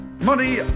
Money